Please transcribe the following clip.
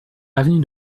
avenue